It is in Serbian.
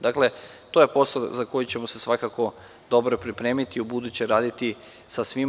Dakle, to je posao za koji ćemo se svakako dobro pripremiti i ubuduće raditi sa svima.